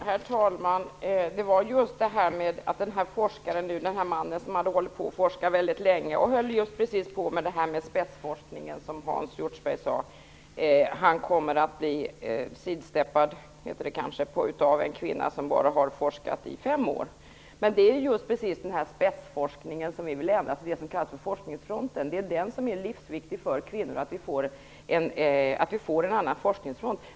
Herr talman! Den man som har forskat väldigt länge och som håller på med spetsforskning, som Hans Hjortzberg-Nordlund talade om, kommer att bli "sidsteppad" av en kvinna som bara har forskat i fem år. Det är just spetsforskningen, alltså det som kallas för forskningsfronten, som vi vill förändra. Det är livsviktigt för kvinnor att vi får en annan forksningsfront.